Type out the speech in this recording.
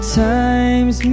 times